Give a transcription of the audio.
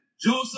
Joseph